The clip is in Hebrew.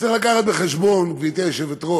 צריך להביא בחשבון, גברתי היושבת-ראש,